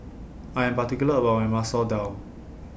I Am particular about My Masoor Dal